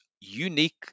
unique